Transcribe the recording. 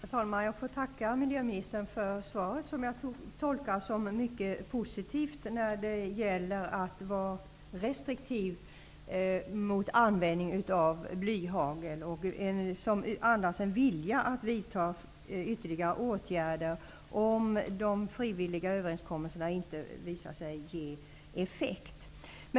Herr talman! Jag tackar miljöministern för svaret. Jag tolkar det som mycket positivt när det gäller att man skall vara restriktiv med användningen av blyhagel, och det andas en vilja att vidta ytterligare åtgärder om de frivilliga överenskommelserna inte visar sig ge effekt.